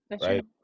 Right